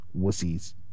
Wussies